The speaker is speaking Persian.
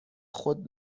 خود